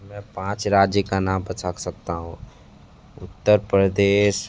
मैं पाँच राज्य का नाम बता सकता हूँ उत्तर प्रदेश